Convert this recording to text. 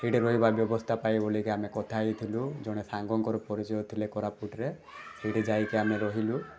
ସେଇଟି ରହିବା ବ୍ୟବସ୍ଥା ପାଇଁ ବୋଲିକି ଆମେ କଥା ହେଇଥିଲୁ ଜଣେ ସାଙ୍ଗଙ୍କର ପରିଚୟ ଥିଲେ କୋରାପୁଟରେ ସେଇଠି ଯାଇକି ଆମେ ରହିଲୁ